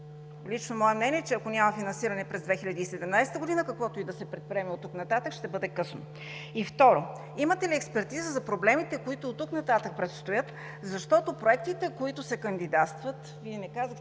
Лично моето мнение е, че ако няма финансиране през 2017 г., каквото и да се предприеме оттук нататък, ще бъде късно. Второ, имате ли експертиза за проблемите, които оттук нататък предстоят? Защото по проектите, които кандидатстват – Вие не казахте